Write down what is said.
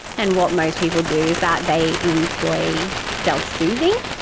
and what most people do is that they employ self-soothing.